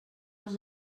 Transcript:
els